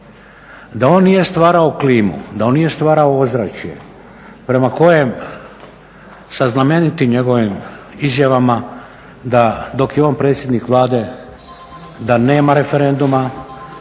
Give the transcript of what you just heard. Da on nije stvarao klimu, da on nije stvarao ozračje prema kojem sa znamenitim njegovim izjavama da dok je on predsjednik Vlade da nema referenduma,